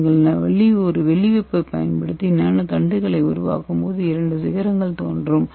நீங்கள் ஒரு வெள்ளி உப்பைப் பயன்படுத்தி நானோ தண்டுகளை உருவாக்கும்போது இரண்டு சிகரங்கள் தோன்றும்